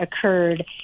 occurred